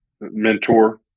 mentor